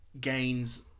gains